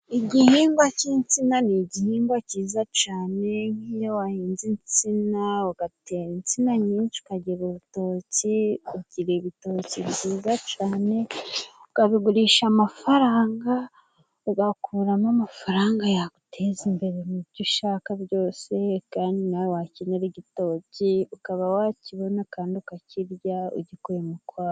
Igihingwa cy'insina ni igihingwa cyiza cyane nk'iyo wahinze insina ugatera insina nyinshi, ukagira urutoki, ugira ibitoki byiza cyane, ukabigurisha amafaranga, ugakuramo amafaranga yaguteza imbere mu byo ushaka byose kandi nawe wakenera igitoki, ukaba wakibona kandi ukakirya ugikuye mu kwawe.